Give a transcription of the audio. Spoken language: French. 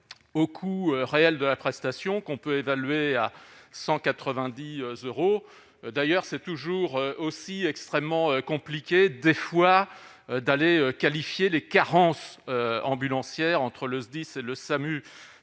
au coût réel de la prestation qu'on peut évaluer à 190 euros d'ailleurs, c'est toujours aussi extrêmement compliqué des fois d'aller qualifier les carences ambulancière entre le SDIS le SAMU